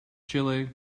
chile